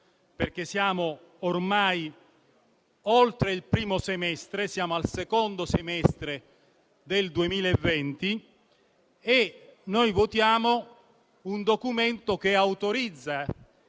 perché siamo ormai oltre il primo semestre - siamo al secondo semestre del 2020 - e votiamo un testo che autorizza